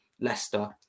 Leicester